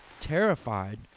Terrified